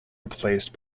replaced